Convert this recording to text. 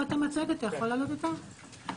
המטרה היא לדאוג לטובת המטופל בהיבט הרפואי.